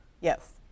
Yes